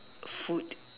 food